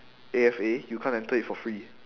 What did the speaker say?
A_F_A you can't enter it for free